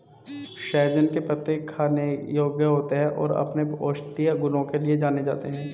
सहजन के पत्ते खाने योग्य होते हैं और अपने औषधीय गुणों के लिए जाने जाते हैं